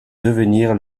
devenir